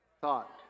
thought